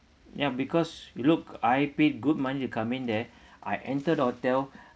ya because you look I paid good money to come in there I entered hotel